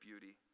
beauty